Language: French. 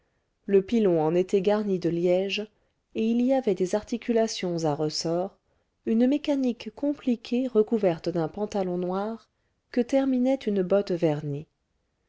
le pilon en était garni de liège et il y avait des articulations à ressort une mécanique compliquée recouverte d'un pantalon noir que terminait une botte vernie